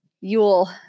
Yule